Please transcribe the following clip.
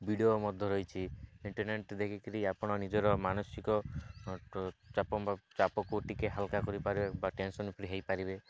video ମଧ୍ୟ ରହିଛି internet ଦେଖିକିରି ଆପଣ ନିଜର ମାନସିକ ଚାପକୁ ଟିକେ ହାଲକା କରିପାରେ ବା ଟେନସନ୍ ଫ୍ରି ହୋଇପାରିବେ